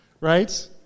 right